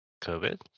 COVID